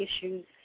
issues